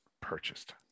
purchased